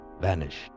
vanished